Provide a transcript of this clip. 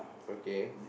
okay